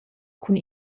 cun